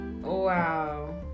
wow